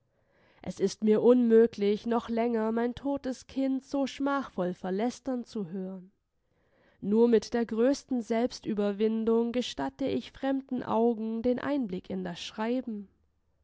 es ist mir unmöglich noch länger mein totes kind so schmachvoll verlästern zu hören nur mit der größten selbstüberwindung gestatte ich fremden augen den einblick in das schreiben